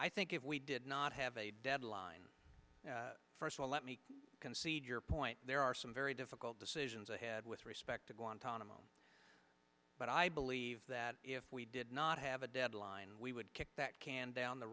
i think if we did not have a deadline first of all let me concede your point there are some very difficult decisions i had with respect to guantanamo but i believe that if we did not have a deadline we would kick that can down the